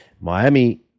Miami